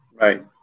Right